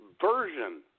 version